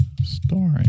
story